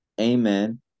Amen